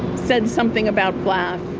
said something about